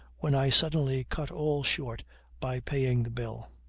when i suddenly cut all short by paying the bill.